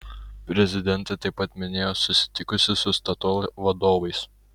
prezidentė taip pat minėjo susitikusi su statoil vadovais